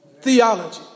theology